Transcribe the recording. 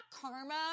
karma